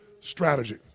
strategy